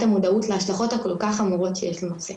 המודעות וההשלכות הכול כך חמורות שיש לנושא,